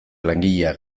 langileak